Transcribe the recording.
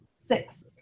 Six